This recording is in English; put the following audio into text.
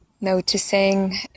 Noticing